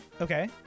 Okay